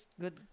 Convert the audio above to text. good